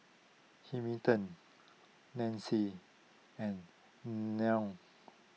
Hamilton Nacey and Nell